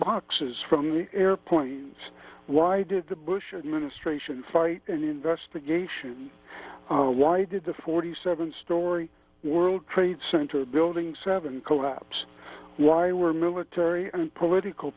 boxes from air point why did the bush administration fight an investigation why did the forty seven story world trade center building seven collapse why were military and political